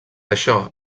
això